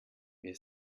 wir